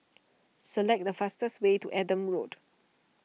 select the fastest way to Adam Road